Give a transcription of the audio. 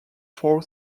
four